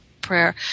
prayer